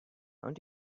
want